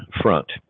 front